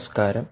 നമസ്കാരം